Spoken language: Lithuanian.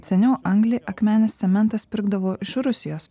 seniau anglį akmenės cementas pirkdavo iš rusijos